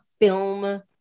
film